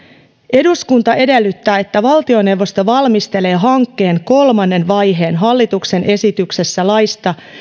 eduskunta edellyttää että valtioneuvosto valmistelee hankkeen kolmannen vaiheen hallituksen esityksessä laista